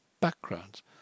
backgrounds